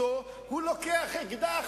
הלכו לרב ושאלו אותו: כבוד הרב, מה יש לנו ביד?